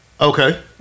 Okay